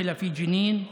נרצח בג'נין,